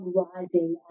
rising